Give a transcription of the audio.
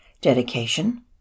Dedication